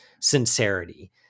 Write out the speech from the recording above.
sincerity